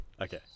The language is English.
Okay